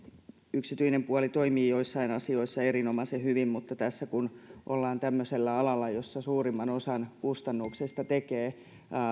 yksityinen puoli toimii joissain asioissa erinomaisen hyvin mutta tässä kun ollaan tämmöisellä alalla jossa suurimman osan kustannuksista tekevät